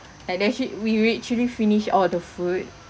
and actually we actually finish all the food